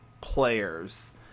players